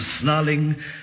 snarling